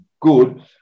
good